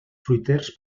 fruiters